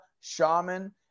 Shaman